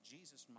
Jesus